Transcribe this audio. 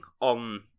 on